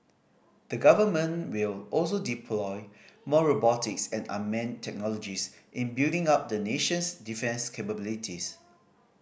the Government will also deploy more robotics and unmanned technologies in building up the nation's defence capabilities